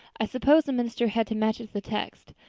i suppose the minister had to match it to the text.